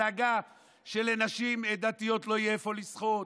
דאגה שלנשים דתיות לא יהיה איפה לשחות,